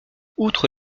outre